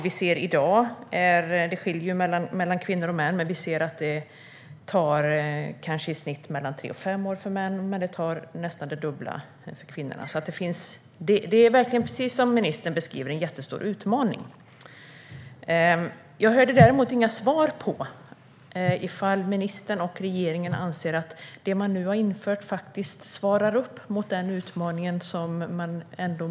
I dag tar det i snitt 3-5 år för män och det dubbla för kvinnor, så precis som ministern beskriver är det en jättestor utmaning. Jag hörde inga svar om ministern och regeringen anser att det man nu har infört faktiskt svarar upp mot den utmaning som målas upp.